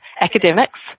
academics